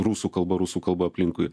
rusų kalba rusų kalba aplinkui